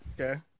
Okay